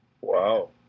Wow